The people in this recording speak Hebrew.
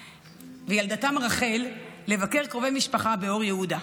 וילדתם רחל לבקר קרובי משפחה באור יהודה.